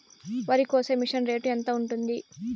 వరికోసే machine rate ఎంత ఉంటుంది?